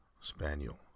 Spaniel